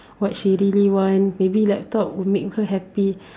what she really want maybe laptop would make her happy